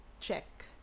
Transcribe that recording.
check